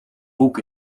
boek